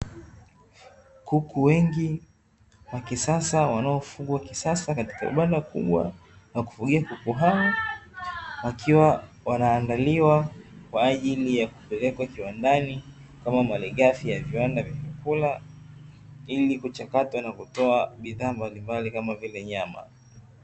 Kuku wengi wa kisasa wanaofugwa kisasa katika banda kubwa la kufugia kuku hao. Wakiwa wanaandaliwa kwa ajili ya kupelekwa kiwandani kama malighafi ya viwanda vilikula ili kuchakatwa na kutoa bidhaa mbalimbali kama vile nyama.